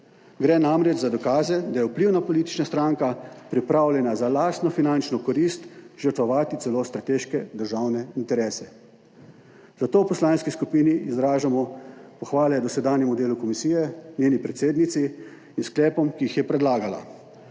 Gre namreč za dokaze, da je vplivna politična stranka pripravljena za lastno finančno korist žrtvovati celo strateške državne interese. Zato v poslanski skupini izražamo pohvale dosedanjemu delu komisije, njeni predsednici in sklepom, ki jih je predlagala.